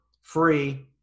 free